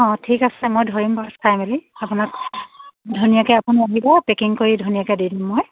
অঁ ঠিক আছে মই ধৰিম বাৰু চাই মেলি আপোনাক ধুনীয়াকৈ আপুনি আহিব পেকিং কৰি ধুনীয়াকৈ দি দিম মই